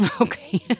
Okay